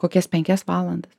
kokias penkias valandas